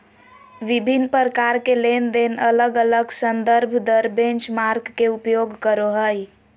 विभिन्न प्रकार के लेनदेन अलग अलग संदर्भ दर बेंचमार्क के उपयोग करो हइ